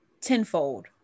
tenfold